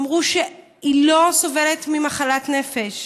אמרו שהיא לא סובלת ממחלת נפש,